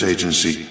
Agency